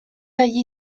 allí